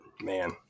man